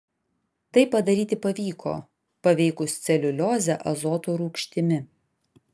tai padaryti pavyko paveikus celiuliozę azoto rūgštimi